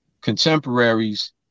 contemporaries